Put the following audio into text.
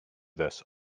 this